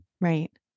Right